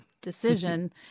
decision